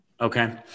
Okay